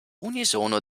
unisono